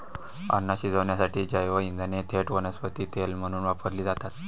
अन्न शिजवण्यासाठी जैवइंधने थेट वनस्पती तेल म्हणून वापरली जातात